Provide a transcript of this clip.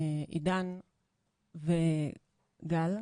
עידן וגל,